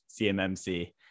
cmmc